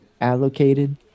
allocated